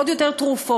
עוד יותר תרופות,